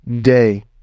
day